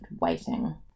waiting